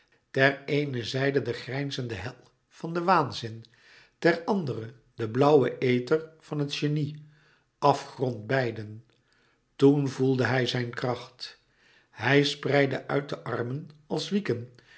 ter eene zijde de grijnzende hel van den waanzin ter andere de blauwe ether van het genie afgrond beiden toen voelde hij zijn kracht hij spreidde uit de armen als wieken